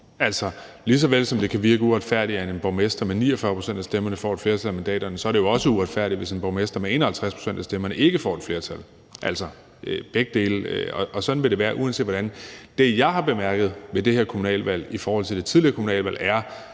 lige så vel som det kan virke uretfærdigt, at en borgmester med 49 pct. af stemmerne får et flertal af mandaterne, så er det jo også uretfærdigt, hvis en borgmester med 51 pct. af stemmerne ikke får et flertal, og sådan vil det være uanset hvordan. Det, jeg har bemærket ved det her kommunalvalg i forhold til det tidligere kommunalvalg, er,